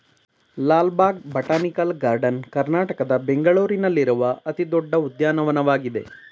Lal Bagh botanical garden ಕರ್ನಾಟಕದ ಬೆಂಗಳೂರಿನಲ್ಲಿರುವ ಅತಿ ದೊಡ್ಡ ಉದ್ಯಾನವನವಾಗಿದೆ